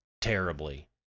terribly